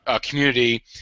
community